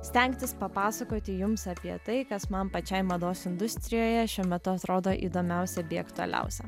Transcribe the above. stengtis papasakoti jums apie tai kas man pačiai mados industrijoje šiuo metu atrodo įdomiausia bei aktualiausia